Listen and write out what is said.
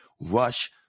rush